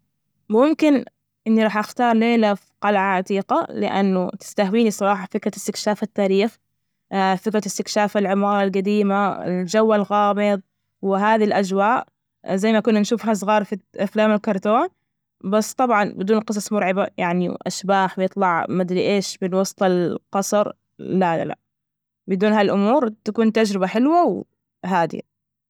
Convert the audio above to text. ممكن إني راح أختار ليلة في قلعة عتيقة، لأنه تستهويني، صراحة، فكرة استكشاف التاريخ، فكرة استكشاف العمارة القديمة، الجو الغامض، وهذه الأجواء زي ما كنا نشوفها صغار في أفلام الكرتون، بس طبعا بدون قصص مرعبة يعني وأشباح بيطلع مدري إيش بالوسط القصر، لا- لا لأ بدون هالأمور تكون تجربة حلوة وهادية.